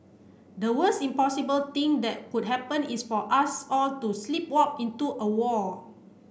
the worst impossible thing that could happen is for us all to sleepwalk into a war